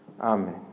Amen